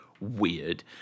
weird